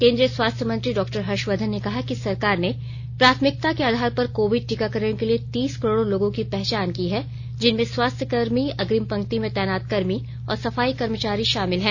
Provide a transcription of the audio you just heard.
केन्द्रीय स्वास्थ्य मंत्री डॉक्टर हर्षवर्द्धन ने कहा कि सरकार ने प्राथमिकता के आधार पर कोविड टीकाकरण के लिए तीस करोड़ लोगों की पहचान की है जिनमें स्वास्थ्यकर्मी अग्रिम पंक्ति में तैनात कर्मी और सफाई कर्मचारी शामिल हैं